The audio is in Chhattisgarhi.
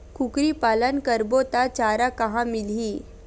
कुकरी पालन करबो त चारा कहां मिलही?